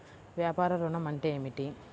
వ్యాపార ఋణం అంటే ఏమిటి?